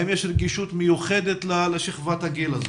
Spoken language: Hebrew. האם יש רגישות מיוחדת לשכבת הגיל הזו.